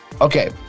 Okay